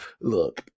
Look